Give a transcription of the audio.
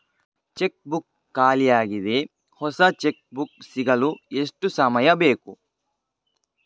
Check book ಖಾಲಿ ಯಾಗಿದೆ, ಹೊಸ ಚೆಕ್ ಬುಕ್ ಸಿಗಲು ಎಷ್ಟು ಸಮಯ ಬೇಕು?